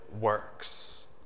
works